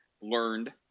learned